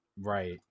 Right